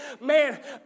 Man